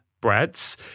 breads